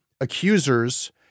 accusers